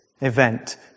event